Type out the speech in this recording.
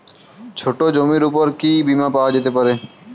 ছোট জমির উপর কি বীমা পাওয়া যেতে পারে?